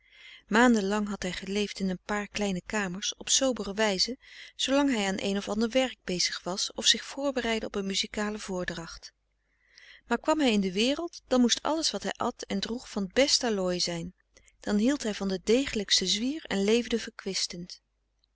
lang had hij geleefd in een paar kleine kamers op sobere wijze zoolang hij aan een of ander werk bezig was of zich voorbereidde op een muzikale voordracht maar kwam hij in de wereld dan moest alles wat hij at en droeg van t best allooi zijn dan hield hij van den degelijksten zwier en leefde verkwistend